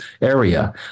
area